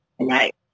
right